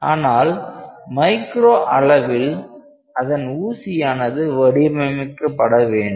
ஆனால் மைக்ரோ அளவில் அதன் ஊசியானது வடிவமைக்கப்பட வேண்டும்